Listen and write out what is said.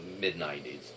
mid-90s